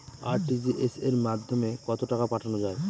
RTGS এর মাধ্যমে কত টাকা পাঠানো যায়?